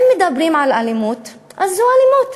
אם מדברים על אלימות, אז זו אלימות.